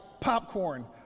popcorn